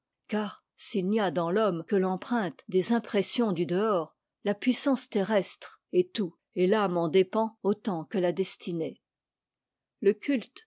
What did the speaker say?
car s'il n'y a dans l'homme que l'empreinte des impressions du dehors la puissance terrestre est tout et l'âme en dépend autant que la destinée le culte